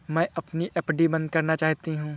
मैं अपनी एफ.डी बंद करना चाहती हूँ